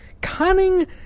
cunning